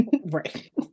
Right